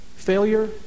Failure